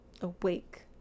awake